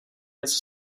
něco